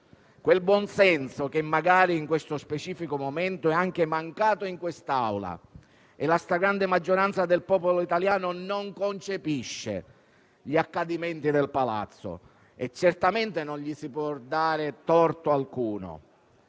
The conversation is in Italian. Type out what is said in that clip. quel buon senso che magari in questo specifico momento è mancato in quest'Aula. La stragrande maggioranza del popolo italiano non concepisce gli accadimenti del Palazzo e certamente non gli si può dare torto alcuno.